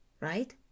right